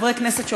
חברי הכנסת,